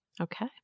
Okay